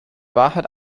wahrheit